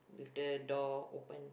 with the door open